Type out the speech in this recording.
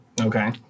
Okay